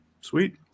sweet